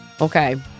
Okay